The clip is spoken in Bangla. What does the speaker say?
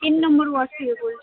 তিন নম্বর ওয়ার্ড থেকে বলছি